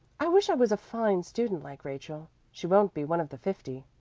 i wish i was a fine student like rachel. she won't be one of the fifty.